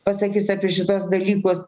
pasakys apie šituos dalykus